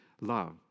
love